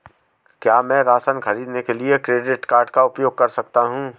क्या मैं राशन खरीदने के लिए क्रेडिट कार्ड का उपयोग कर सकता हूँ?